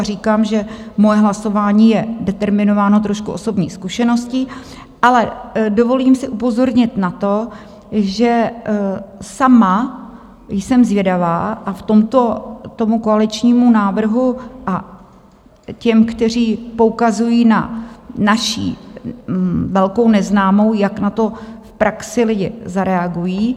Říkám, že moje hlasování je determinováno trošku osobní zkušeností, ale dovolím si upozornit na to, že sama jsem zvědavá v tomto tomu koaličnímu návrhu, a těm, kteří poukazují na naši velkou neznámou, jak na to v praxi lidi zareagují.